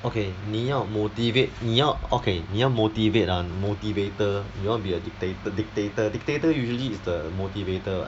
okay 你要 motivate 你要 okay 你要 motivate ah motivator do not be a dictator dictator dictator usually is the motivator lah